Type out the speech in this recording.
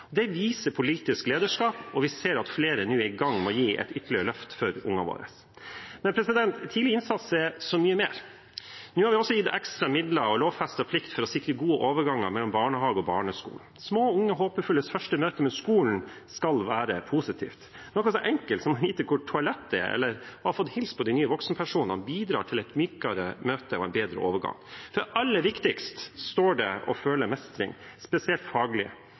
Det viser politisk lederskap, og vi ser at flere nå er i gang med å gi et ytterligere løft for ungene våre. Men tidlig innsats er så mye mer. Nå har vi også gitt ekstra midler og en lovfestet plikt for å sikre gode overganger mellom barnehage og barneskole. Små unge håpefulles første møte med skolen skal være positivt. Noe så enkelt som å vite hvor toalettet er, eller å ha fått hilst på de nye voksenpersonene bidrar til et mykere møte og en bedre overgang. Aller viktigst er det å føle mestring, spesielt faglig.